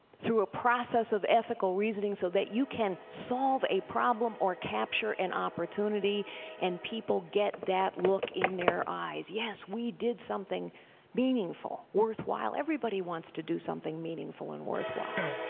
through a process of ethical reasoning so that you can solve a problem or capture an opportunity and people get that look in their eyes. yes, we did something meaningful, worthwhile. everybody wants to do something meaningful and worthwhile.